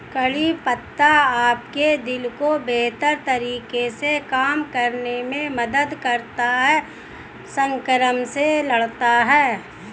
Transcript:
करी पत्ता आपके दिल को बेहतर तरीके से काम करने में मदद करता है, संक्रमण से लड़ता है